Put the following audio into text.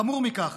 חמור מכך,